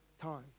time